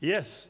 Yes